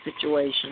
situation